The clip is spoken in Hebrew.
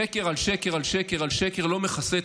שקר על שקר על שקר על שקר לא מכסים את